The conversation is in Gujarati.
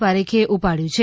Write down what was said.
પારેખે ઉપાડયું છે